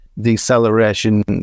deceleration